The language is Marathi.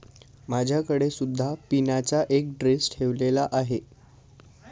माझ्याकडे सुद्धा पिनाचा एक ड्रेस ठेवलेला आहे